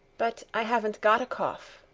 but i haven't got a cough.